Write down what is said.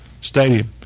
stadium